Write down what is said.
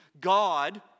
God